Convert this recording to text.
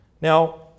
Now